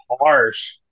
harsh